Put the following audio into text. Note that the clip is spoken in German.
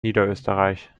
niederösterreich